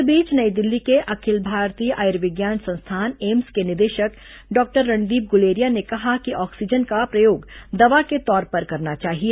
इस बीच नई दिल्ली के अखिल भारतीय आयुर्विज्ञान संस्थान एम्स के निदेशक डॉक्टर रणदीप गुलेरिया ने कहा कि ऑक्सीजन का प्रयोग दवा के तौर पर करना चाहिए